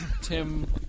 Tim